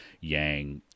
Yang